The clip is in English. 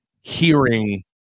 hearing